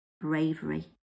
bravery